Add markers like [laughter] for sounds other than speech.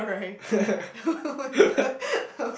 [laughs]